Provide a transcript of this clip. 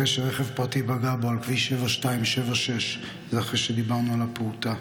אחרי שרכב פרטי פגע בו על כביש 7276. זה אחרי שדיברנו על הפעוטה.